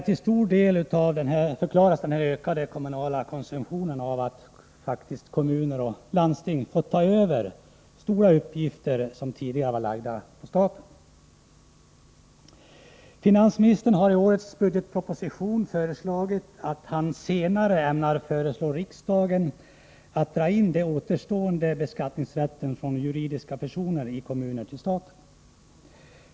Till stor del förklaras den ökade kommunala konsumtionen av att kommuner och landsting faktiskt har fått ta över stora uppgifter som tidigare vilat på staten. Finansministern har i årets budgetproposition påpekat att han senare ämnar föreslå riksdagen att dra in den återstående beskattningsrätten från juridiska personer i kommunerna till staten.